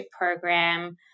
program